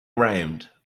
ground